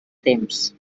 temps